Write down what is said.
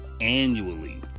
annually